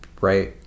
Right